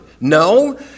No